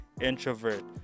Introvert